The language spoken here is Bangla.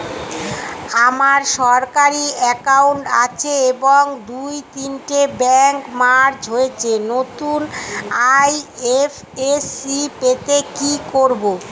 আমার সরকারি একাউন্ট আছে এবং দু তিনটে ব্যাংক মার্জ হয়েছে, নতুন আই.এফ.এস.সি পেতে কি করব?